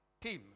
team